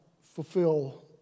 fulfill